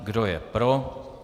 Kdo je pro?